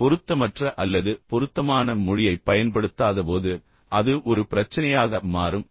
பொருத்தமற்ற அல்லது பொருத்தமான மொழியைப் பயன்படுத்தாதபோது அது ஒரு பிரச்சனையாக மாறும்